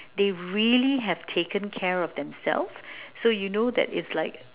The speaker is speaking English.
they really have taken care of themselves so you know that it's like